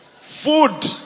food